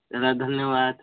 चला धन्यवाद